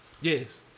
yes